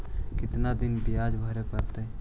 कितना दिन बियाज भरे परतैय?